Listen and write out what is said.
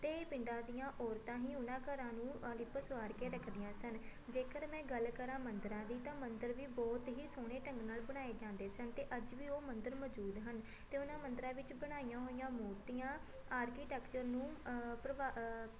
ਅਤੇ ਪਿੰਡਾਂ ਦੀਆਂ ਔਰਤਾਂ ਹੀ ਉਹਨਾਂ ਘਰਾਂ ਨੂੰ ਲਿੱਪ ਸਵਾਰ ਕੇ ਰੱਖਦੀਆਂ ਸਨ ਜੇਕਰ ਮੈਂ ਗੱਲ ਕਰਾਂ ਮੰਦਰਾਂ ਦੀ ਤਾਂ ਮੰਦਰ ਵੀ ਬਹੁਤ ਹੀ ਸੋਹਣੇ ਢੰਗ ਨਾਲ ਬਣਾਏ ਜਾਂਦੇ ਸਨ ਅਤੇ ਅੱਜ ਵੀ ਉਹ ਮੰਦਰ ਮੌਜੂਦ ਹਨ ਅਤੇ ਉਹਨਾਂ ਮੰਦਰਾਂ ਵਿੱਚ ਬਣਾਈਆਂ ਹੋਈਆਂ ਮੂਰਤੀਆਂ ਆਰਕੀਟੈਕਚਰ ਨੂੰ ਪ੍ਰਭਾ